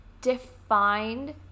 Defined